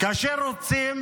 כאשר רוצים